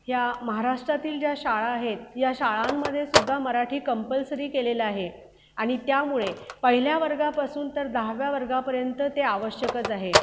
ह्या महाराष्ट्रातील ज्या शाळा आहेत ह्या शाळांमध्ये सुद्धा मराठी कंपल्सरी केलेलं आहे आणि त्यामुळे पहिल्या वर्गापासून तर दहाव्या वर्गापर्यंत ते आवश्यकच आहे